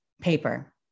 Paper